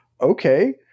Okay